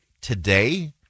today